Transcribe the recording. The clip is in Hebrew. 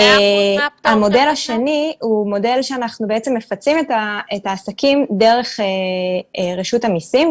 המודל השני הוא מודל שאנחנו בעצם מפצים את העסקים דרך רשות המסים,